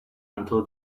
until